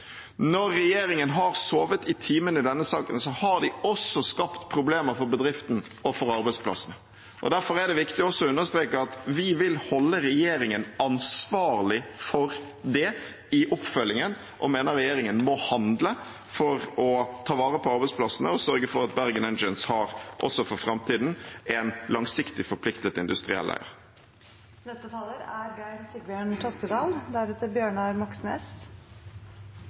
Når regjeringen har sovet i timen i denne saken, har de også skapt problemer for bedriften og for arbeidsplassene. Derfor er det viktig også å understreke at vi vil holde regjeringen ansvarlig for det i oppfølgingen, og vi mener regjeringen må handle for å ta vare på arbeidsplassene og sørge for at Bergen Engines også for framtiden har en langsiktig forpliktet industriell eier.